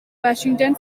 washington